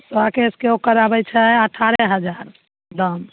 show केशके ओक्कर आबै छै अठारह हजार दाम